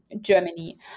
Germany